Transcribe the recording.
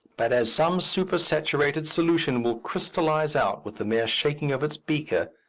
but as some supersaturated solution will crystallize out with the mere shaking of its beaker,